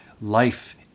life